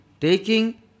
taking